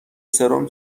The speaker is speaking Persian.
سرم